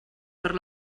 per